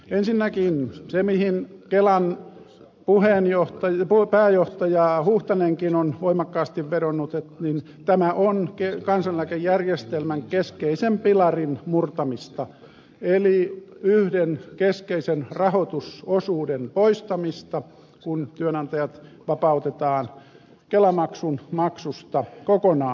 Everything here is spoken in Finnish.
ensinnäkin kelan pääjohtaja huuhtanenkin on voimakkaasti vedonnut että tämä on kansaneläkejärjestelmän keskeisen pilarin murtamista eli yhden keskeisen rahoitusosuuden poistamista kun työnantajat vapautetaan kelamaksun maksusta kokonaan